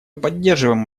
поддерживаем